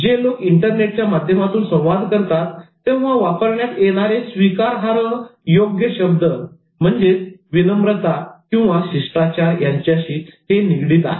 जे लोक इंटरनेटच्या माध्यमातून संवाद करतात तेव्हा वापरण्यात येणारे स्वीकारार्ह योग्य शब्द विनम्रता आणि शिष्टाचार यांच्याशी हे निगडित आहे